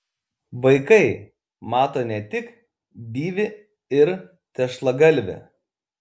vaikai mato ne tik byvį ir tešlagalvį